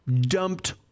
dumped